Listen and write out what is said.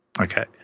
Okay